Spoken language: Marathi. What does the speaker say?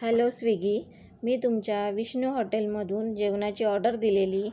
हॅलो स्विगी मी तुमच्या विष्णू हॉटेलमधून जेवणाची ऑर्डर दिलेली